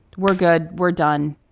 we're good. we're done.